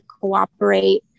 cooperate